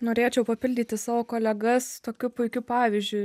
norėčiau papildyti savo kolegas tokiu puikiu pavyzdžiu